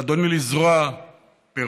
אדוני, לזרוע פירוד,